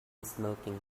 smoking